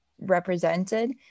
represented